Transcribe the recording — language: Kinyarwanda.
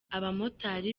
abamotari